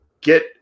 get